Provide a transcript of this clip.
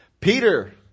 Peter